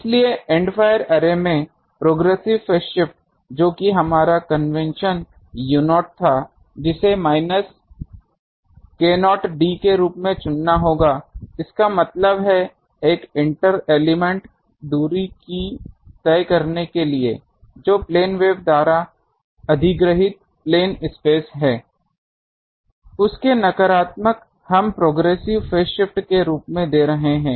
इसलिए end fire array में progressive phase shift जो कि हमारा कन्वेंशन u0 था जिसे माइनस k0 d के रूप में चुनना होगा इसका मतलब है एक इंटर एलिमेंट दूरी की तय करने के लिए जो प्लेन वेव द्वारा अधिग्रहित प्लेन स्पेस हैं उस के नकारात्मक हम प्रोगेसिव फेज शिफ्ट के रूप में दे रहे हैं